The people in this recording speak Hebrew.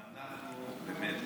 אנחנו באמת